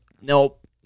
nope